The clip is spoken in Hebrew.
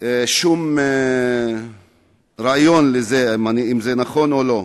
שום רעיון אם זה נכון או לא.